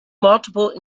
multiple